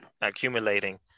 accumulating